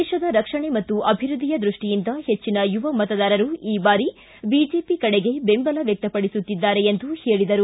ದೇಶದ ರಕ್ಷಣೆ ಮತ್ತು ಅಭಿವೃದ್ಧಿಯ ದೃಷ್ಟಿಯಿಂದ ಹೆಚ್ಚಿನ ಯುವ ಮತದಾರರು ಈ ಬಾರಿ ಬಿಜೆಪಿ ಕಡೆಗೆ ಬೆಂಬಲ ವ್ಯಕ್ತಪಡಿಸುತ್ತಿದ್ದಾರೆ ಎಂದರು